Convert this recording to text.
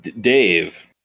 Dave